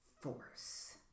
force